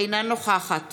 אינה נוכחת